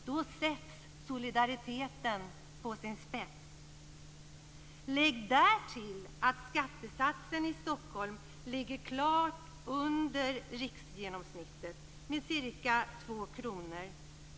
Då ställs solidariteten på sin spets. Lägg därtill att skattesatsen i Stockholm ligger klart under riksgenomsnittet med ca 2 kr.